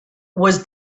was